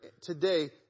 today